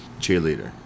cheerleader